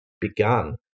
begun